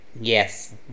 Yes